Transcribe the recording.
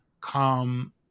come